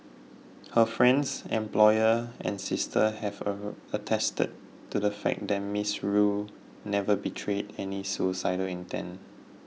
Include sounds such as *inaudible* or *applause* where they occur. her friends employer and sister have *unintelligible* attested to the fact that Miss Rue never betrayed any suicidal intent